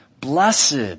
Blessed